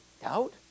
doubt